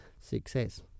success